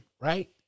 right